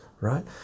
right